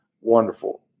wonderful